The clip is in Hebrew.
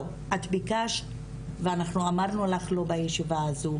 את ביקשת ואנחנו אמרנו לך לא בישיבה הזאת.